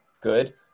good